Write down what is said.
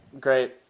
Great